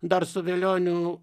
dar su velioniu